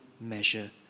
measure